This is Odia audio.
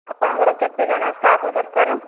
ଆପଣଙ୍କର କେତେ ଜଣ ଷ୍ଟାଫ୍ ଦରକାର